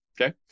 Okay